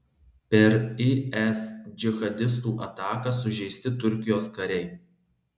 per is džihadistų ataką sužeisti turkijos kariai